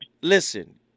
Listen